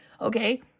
okay